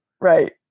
Right